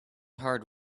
hard